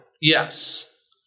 Yes